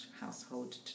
household